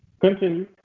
Continue